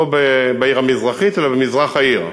לא בעיר המזרחית אלא במזרח העיר.